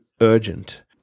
urgent